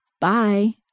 Bye